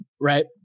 right